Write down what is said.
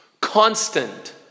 Constant